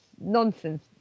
nonsense